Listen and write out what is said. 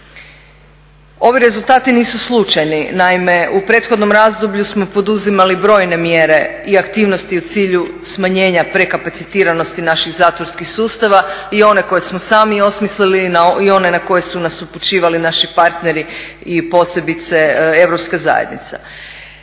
Ovi rezultati nisu slučajni, naime u prethodnom razdoblju smo poduzimali brojne mjere i aktivnosti u cilju smanjenja prekapacitiranosti naših zatvorskih sustava i one koje smo sami osmislili i one na koje su nas upućivali naši partneri i posebice EUropska zajednica.